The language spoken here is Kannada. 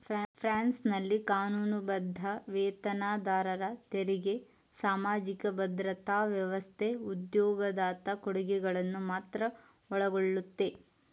ಫ್ರಾನ್ಸ್ನಲ್ಲಿ ಕಾನೂನುಬದ್ಧ ವೇತನದಾರರ ತೆರಿಗೆ ಸಾಮಾಜಿಕ ಭದ್ರತಾ ವ್ಯವಸ್ಥೆ ಉದ್ಯೋಗದಾತ ಕೊಡುಗೆಗಳನ್ನ ಮಾತ್ರ ಒಳಗೊಳ್ಳುತ್ತೆ